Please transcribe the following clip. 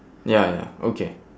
ya ya okay